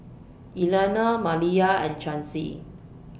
Elianna Maliyah and Chauncy